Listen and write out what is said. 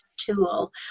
Tool